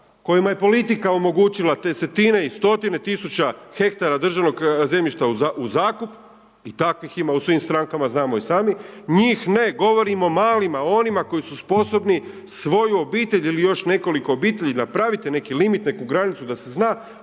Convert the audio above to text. kojima je politika omogućila desetine i stotine tisuća hektara državnog zemljišta u zakup i takvih ima u svim strankama, znamo i sami. Njih ne. Govorim o malima, onima koji su sposobni svoju obitelj ili još nekoliko obitelji, napravite neki limit, neku granicu da se zna,